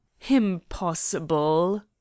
Impossible